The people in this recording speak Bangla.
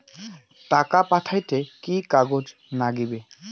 টাকা পাঠাইতে কি কাগজ নাগীবে?